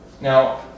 Now